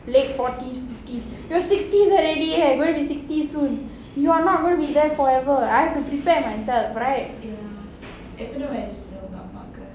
late forties fifties you're sixties already leh gonna be sixty soon you are not going be there forever I've to prepare myself right